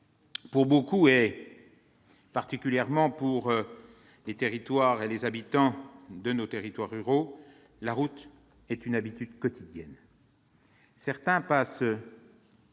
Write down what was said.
pour beaucoup, et particulièrement pour les habitants de ces territoires, la route est une habitude quotidienne. Certains passent